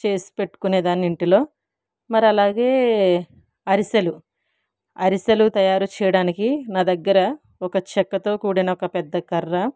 చేసి పెట్టుకునేదాన్ని ఇంటిలో మరి అలాగే అరిసెలు అరిసెలు తయారు చేయడానికి నా దగ్గర ఒక చెక్కతో కూడిన ఒక పెద్ద కర్ర